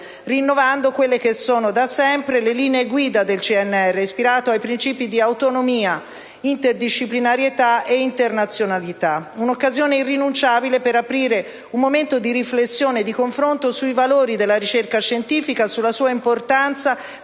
rinnovando quelle che sono da sempre le linee guida del CNR ispirate ai principi di autonomia, interdisciplinarità e internazionalità. Si tratta, pertanto, di un'occasione irrinunciabile per aprire un momento di riflessione e di confronto sui valori della ricerca scientifica, sulla sua importanza